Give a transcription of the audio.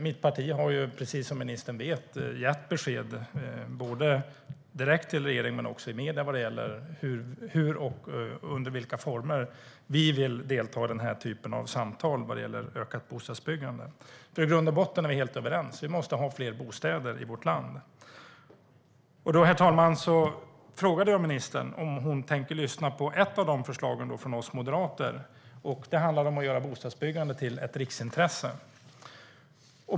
Mitt parti har, som ministern vet, gett besked både direkt till regeringen och i medierna när det gäller hur och under vilka former vi vill delta i den här typen av samtal om ökat bostadsbyggande. I grund och botten är vi helt överens. Vi måste ha fler bostäder i vårt land. Herr talman! Jag frågade ministern om hon tänker lyssna på ett av förslagen från oss moderater. Det handlar om att göra bostadsbyggande till ett riksintresse.